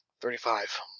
Thirty-five